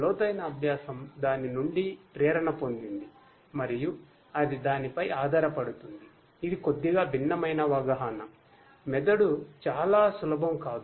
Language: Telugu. లోతైన అభ్యాసం దాని నుండి ప్రేరణ పొందింది మరియు అది దానిపై ఆధారపడుతుందిఇది కొద్దిగా భిన్నమైన అవగాహన మెదడు చాలా సులభం కాదు